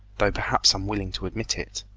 though perhaps unwilling to admit it,